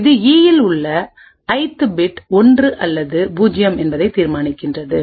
இது ஈ இல் உள்ள ஐத்பிட் 1 அல்லது 0 என்பதனை தீர்மானிக்கின்றது